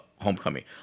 Homecoming